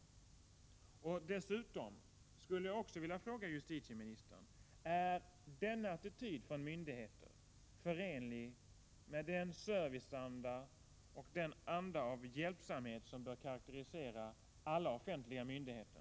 vårdsmyndigheter Dessutom skulle jag vilja fråga justieministern: Är denna attityd hos nas registeruppgifmyndigheter förenlig med den serviceanda och den anda av hjälpsamhet som — jo, bör karakterisera alla offentliga myndigheter?